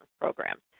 programs